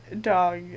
dog